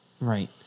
Right